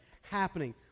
happening